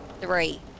three